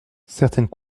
certaines